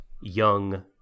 young